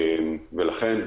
לכן,